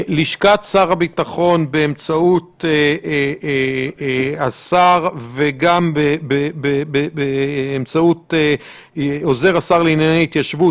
לשכת שר הביטחון באמצעות השר וגם באמצעות עוזר השר לענייני ההתיישבות,